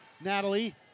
Natalie